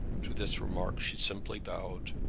to this remark she simply bowed,